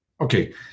Okay